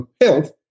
health